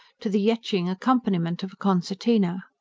to the yetching accompaniment of a concertina.